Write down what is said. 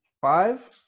Five